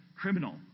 criminal